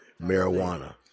marijuana